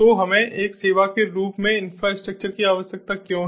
तो हमें एक सेवा के रूप में इंफ्रास्ट्रक्चर की आवश्यकता क्यों है